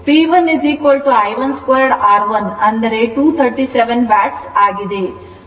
P 1 I 1 2 R1 ಅಂದರೆ 237 watt ಆಗಿದೆ